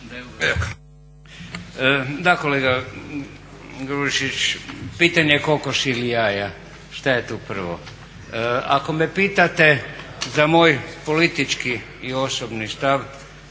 Da, kolega Grubišić pitanje kokoš ili jaje, šta je tu prvo. Ako me pitate za moj politički i osobni stav